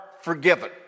forgiven